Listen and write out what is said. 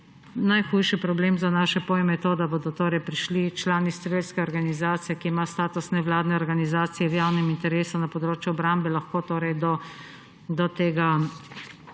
Najhujši problem za naše pojme je to, da bodo torej prišli člani strelske organizacije, ki ima status nevladne organizacije v javnem interesu na področju obrambe, do orožne